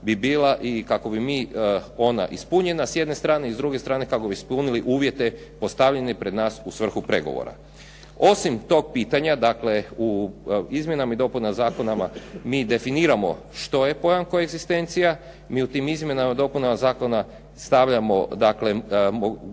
bi bila ona ispunjena s jedne strane i s druge strane kako bi ispunili uvjete postavljene pred nas u svrhu pregovora. Osim tog pitanja u izmjenama i dopunama zakona mi definiramo što je pojam koegzistencija, mi u tim izmjenama i dopunama zakona stavljamo dakle